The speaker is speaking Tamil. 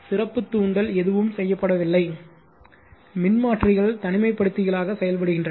சிறப்பு தூண்டல் எதுவும் செய்யப்படவில்லை மின்மாற்றிகள் தனிமைப்படுத்திகளாக செயல்படுகின்றன